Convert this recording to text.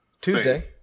Tuesday